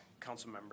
Councilmember